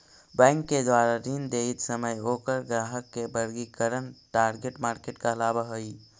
bank के द्वारा ऋण देइत समय ओकर ग्राहक के वर्गीकरण टारगेट मार्केट कहलावऽ हइ